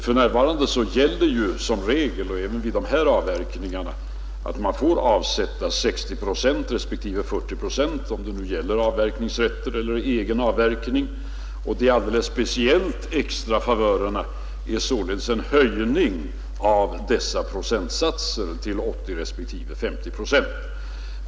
För närvarande gäller som regel — även beträffande dessa avverkningar — att man får avsätta 60 procent respektive 40 procent på avverkningsrätter eller egen avverkning, och de alldeles speciella extra favörerna innebär alltså en höjning av dessa procentsatser till 80 respektive 50 procent.